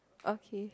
okay